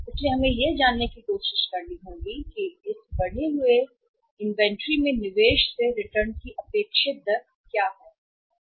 इसलिए हमें यह जानने की कोशिश करनी होगी कि इस बढ़े हुए निवेश से रिटर्न की अपेक्षित दर क्या है इन्वेंट्री में